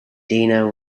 dina